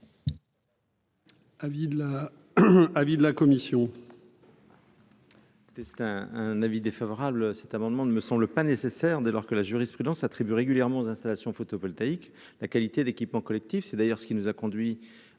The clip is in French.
avis de la commission.